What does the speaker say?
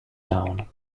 town